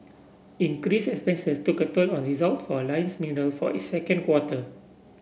increased expenses took a toll on result for Alliance Mineral for its second quarter